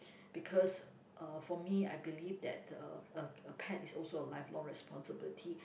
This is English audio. because uh for me I believe that uh a a pet is also a lifelong responsibility